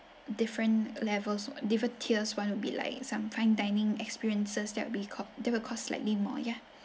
different levels different tiers one would be like some fine dining experiences that be cost that will cost slightly more ya